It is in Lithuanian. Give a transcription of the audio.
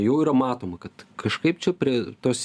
jau yra matoma kad kažkaip čia prie tos